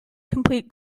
complete